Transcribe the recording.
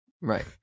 right